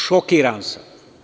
Šokiran sam.